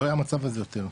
לא יהיה המצב הזה יותר,